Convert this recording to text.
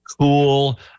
cool